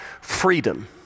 freedom